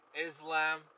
Islam